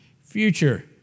future